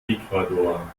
ecuador